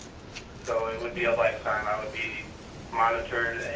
so and would be a lifetime i would be monitored